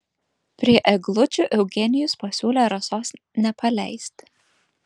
prie eglučių eugenijus pasiūlė rasos nepaleisti